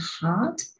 heart